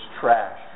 trash